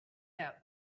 out